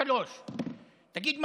3%. תגיד,